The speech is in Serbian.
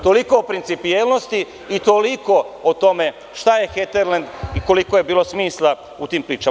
Toliko o principijelnosti i toliko o tome šta je „Heterlend“ i koliko je bilo smisla u tim pričama.